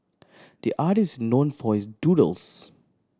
the artist is known for his doodles